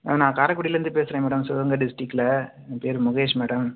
ஆ நான் காரைக்குடிலேந்து பேசுகிறேன் மேடம் சிவகங்கை டிஸ்ட்ரிக்ட்டில் என் பேர் முகேஷ் மேடம்